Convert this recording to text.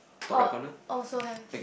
uh also have